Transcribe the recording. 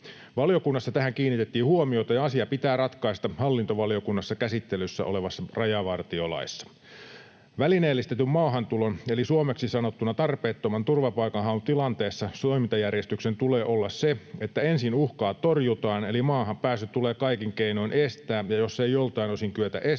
Valiokunnassa tähän kiinnitettiin huomiota, ja asia pitää ratkaista hallintovaliokunnassa käsittelyssä olevassa rajavartiolaissa. Välineellistetyn maahantulon eli suomeksi sanottuna tarpeettoman turvapaikanhaun tilanteessa toimintajärjestyksen tulee olla se, että ensin uhkaa torjutaan eli maahanpääsy tulee kaikin keinoin estää, ja jos ei joltain osin kyetä estämään,